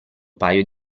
paio